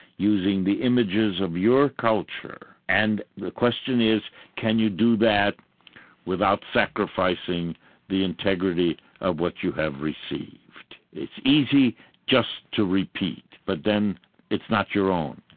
using the images of your culture. and the question is can you do that without sacrificing the integrity of what you have received? it's easy just to repeat, but then it's not your own.